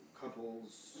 couples